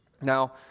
Now